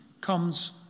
comes